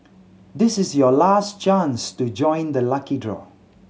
this is your last chance to join the lucky draw